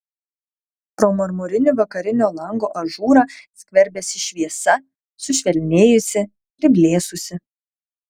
pro marmurinį vakarinio lango ažūrą skverbėsi šviesa sušvelnėjusi priblėsusi